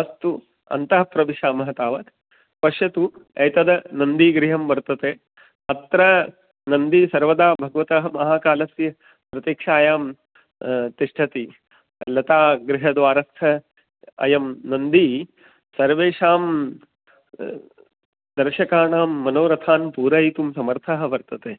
अस्तु अन्तः प्रविशामः तावत् पश्यतु एतद् नन्दीगृहं वर्तते अत्र नन्दी सर्वदा भगवतः महाकालस्य प्रतीक्षायां तिष्ठति लतागृहद्वारस्थः अयं नन्दी सर्वेषां दर्शकानां मनोरथान् पूरयितुं समर्थः वर्तते